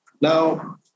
Now